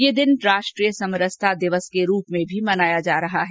यह दिन राष्ट्रीय समरसता दिवस के रूप में भी मनाया जा रहा है